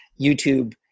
YouTube